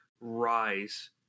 rise